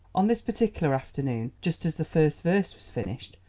on this particular afternoon, just as the first verse was finished,